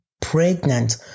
pregnant